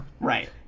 Right